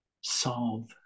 solve